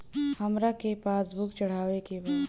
हमरा के पास बुक चढ़ावे के बा?